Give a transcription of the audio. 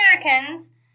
Americans